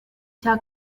cya